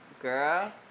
Girl